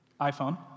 iPhone